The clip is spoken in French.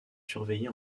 surveillée